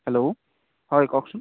hello হয় কওকচোন